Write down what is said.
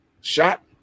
shot